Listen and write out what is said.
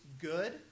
good